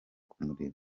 kumureba